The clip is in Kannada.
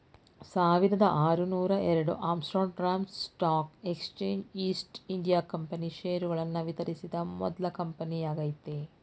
ಸಾವಿರದಆರುನೂರುಎರಡು Amsterdam stock exchange East India company ಷೇರುಗಳನ್ನು ವಿತರಿಸಿದ ಮೊದ್ಲ ಕಂಪನಿಯಾಗೈತೆ